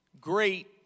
great